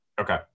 Okay